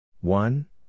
one